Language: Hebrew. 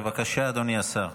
בבקשה, אדוני השר.